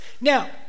Now